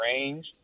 range